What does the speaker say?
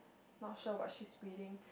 not sure what she is reading